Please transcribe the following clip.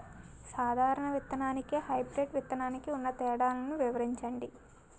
సాధారణ విత్తననికి, హైబ్రిడ్ విత్తనానికి ఉన్న తేడాలను వివరించండి?